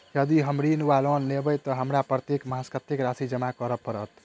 यदि हम ऋण वा लोन लेबै तऽ हमरा प्रत्येक मास कत्तेक राशि जमा करऽ पड़त?